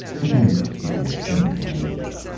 we aren't even speaking the same language.